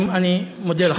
אני מודה לך.